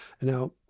Now